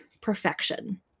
perfection